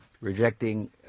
rejecting